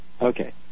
Okay